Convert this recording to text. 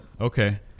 Okay